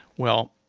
well,